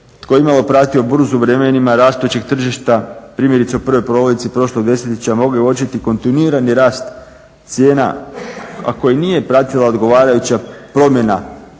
Tko je imalo pratio burzu u vremenima rastućih tržišta, primjerice u prvoj polovici prošlog desetljeća mogli uočiti kontinuirani rast cijena, a koji nije pratila odgovarajuća promjena